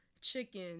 chicken